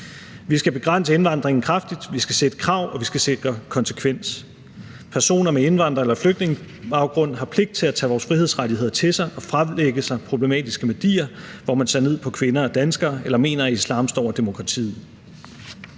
Vi skal begrænse indvandringen kraftigt, vi skal stille krav, og vi skal sikre konsekvens. Personer med indvandrer- eller flygtningebaggrund har pligt til at tage vores frihedsrettigheder til sig og fralægge sig problematiske værdier, hvor man ser ned på kvinder og danskere eller mener, at islam står over demokratiet.